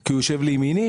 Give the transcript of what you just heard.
כי הוא יושב לימיני